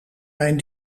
mijn